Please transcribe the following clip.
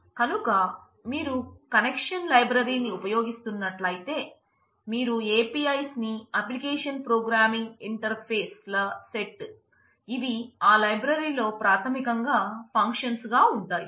కనుక మీరు కనెక్షన్ లైబ్రరీగా ఉంటాయి